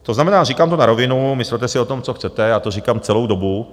To znamená, říkám to na rovinu, myslete si o tom, co chcete, já to říkám celou dobu.